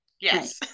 Yes